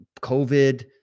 COVID